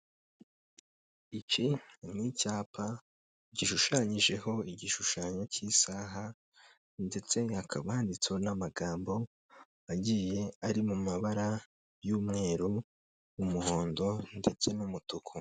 Iki ni icyapa gishushanyijeho igishushanyo cy'isaha ndetse hakaba handitsweho n'amagambo agiye ari mu mabara y'umweru, umuhondo ndetse n'umutuku.